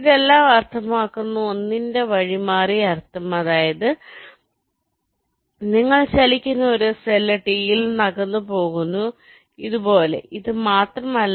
ഇതെല്ലാം അർത്ഥമാക്കുന്നത് 1 ന്റെ വഴിമാറി അർത്ഥം അതായത് നിങ്ങൾ ചലിക്കുന്ന ഒരു സെൽ ടിയിൽ നിന്ന് അകന്നുപോകുന്നു അതായത് ഇതുപോലെ ഇത് മാത്രമല്ല